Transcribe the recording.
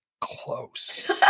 close